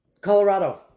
Colorado